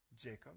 Jacob